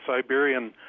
Siberian